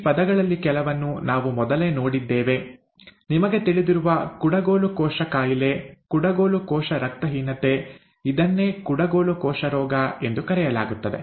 ಈ ಪದಗಳಲ್ಲಿ ಕೆಲವನ್ನು ನಾವು ಮೊದಲೇ ನೋಡಿದ್ದೇವೆ ನಿಮಗೆ ತಿಳಿದಿರುವ ಕುಡಗೋಲು ಕೋಶ ಕಾಯಿಲೆ ಕುಡಗೋಲು ಕೋಶ ರಕ್ತಹೀನತೆ ಇದನ್ನೇ ಕುಡಗೋಲು ಕೋಶ ರೋಗ ಎಂದು ಕರೆಯಲಾಗುತ್ತದೆ